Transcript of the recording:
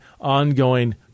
ongoing